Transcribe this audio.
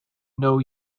know